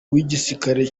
w’igisirikare